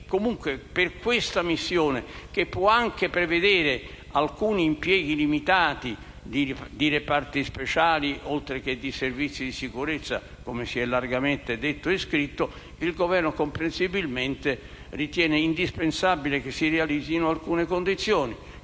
Comunque, per questa missione, che può prevedere alcuni impieghi limitati di reparti speciali, oltre che di servizi di sicurezza, come si è largamente detto e scritto, il Governo, comprensibilmente, ritiene indispensabile che si realizzino alcune condizioni